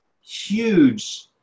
huge